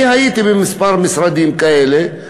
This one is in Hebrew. אני הייתי בכמה משרדים כאלה,